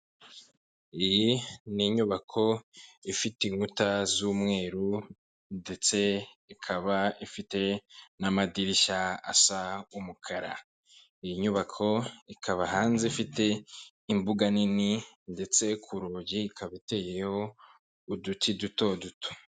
Iyi ni inyubako ifite inkuta z'umweru ndetse ikaba ifite n'amadirishya asa umukara. Iyi nyubako ikaba hanze ifite imbuga nini ndetse ku rugi ikaba iteyeho uduti duto duto.